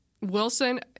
wilson